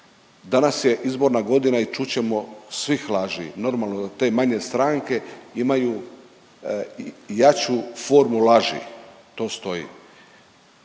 Danas je izborna godina i čut ćemo svih laži. Normalno da te manje stranke imaju jaču formu laži, to stoji.